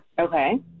Okay